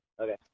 Okay